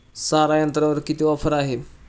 सारा यंत्रावर किती ऑफर आहे?